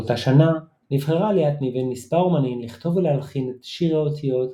באותה שנה נבחרה ליאת מבין מספר אמנים לכתוב ולהלחין את "שיר האותיות"